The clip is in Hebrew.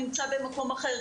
נמצא במקום אחר,